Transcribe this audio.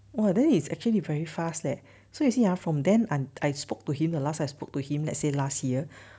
!wah! then it's actually very fast leh so you see ah from then on I spoke to him the last I spoke to him let's say last year